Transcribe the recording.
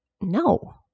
no